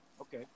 okay